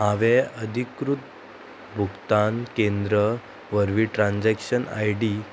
हांवें अधिकृत भुगतान केंद्र वरवीं ट्रान्जॅक्शन आय डी